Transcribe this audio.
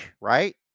right